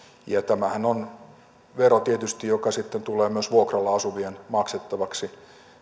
ja tämähän on tietysti vero joka sitten tulee myös vuokralla asuvien maksettavaksi